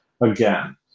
again